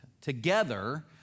together